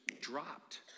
dropped